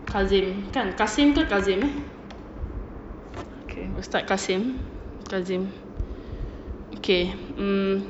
kazim kan kasim ke kazim eh okay ustaz kazim kazim okay um